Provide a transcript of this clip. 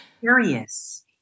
Curious